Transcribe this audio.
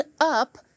up